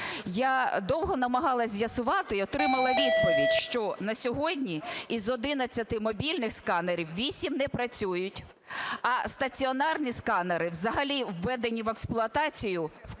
Я довго намагалася з'ясувати і отримала відповідь, що на сьогодні із 11 мобільних сканерів 8 не працюють, а стаціонарні сканери взагалі "введені в експлуатацію" (в кавичках),